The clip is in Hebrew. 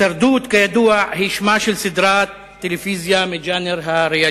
"הישרדות" הוא שמה של סדרה טלוויזיונית מז'אנר הריאליטי.